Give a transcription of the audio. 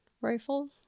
Rifle